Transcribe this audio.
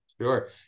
Sure